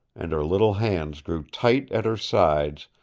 and her little hands grew tight at her sides,